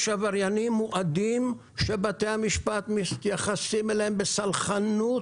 יש עבריינים מועדים שבתי המשפט מתייחסים אליהם בסלחנות.